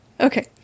Okay